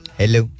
hello